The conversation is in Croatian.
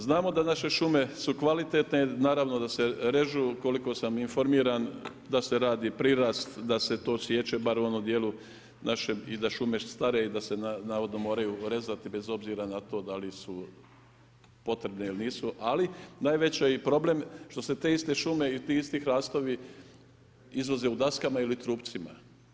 Znamo da naše šume su kvalitetne, naravno da se režu, koliko sam informiran da se radi prirast, da se to siječe bar u onom dijelu našeg i da šume i da se navodno moraju rezati bez obzira na to da li potrebne ili nisu, ali najveći problem što se te iste šume i ti isti hrastovi izvoze u daskama ili trupcima.